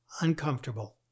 uncomfortable